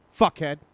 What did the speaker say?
Fuckhead